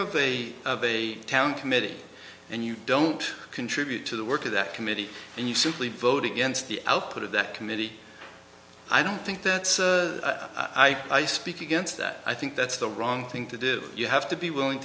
the a town committee and you don't contribute to the work of that committee and you simply vote against the output of that committee i don't think that i speak against that i think that's the wrong thing to do you have to be willing